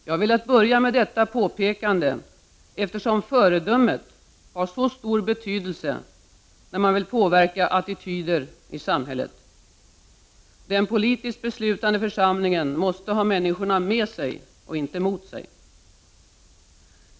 Jag ville börja med detta påpekande, eftersom föredömet har så stor betydelse då man vill påverka attityder i samhället. Den politiskt beslutande församlingen måste ha människorna med sig och inte emot sig.